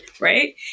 right